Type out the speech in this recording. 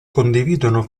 condividono